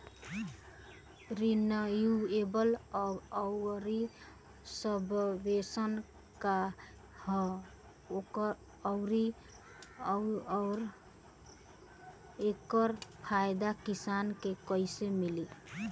Renewable आउर subvention का ह आउर एकर फायदा किसान के कइसे मिली?